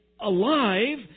alive